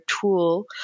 tool